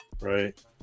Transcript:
right